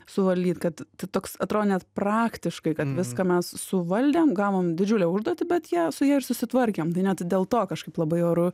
suvaldyt kad toks atrodo net praktiškai kad viską mes suvaldėm gavom didžiulę užduotį bet ją su ja ir susitvarkėm tai net dėl to kažkaip labai oru